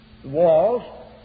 Walls